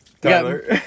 Tyler